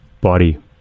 body